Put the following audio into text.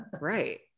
right